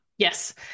Yes